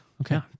Okay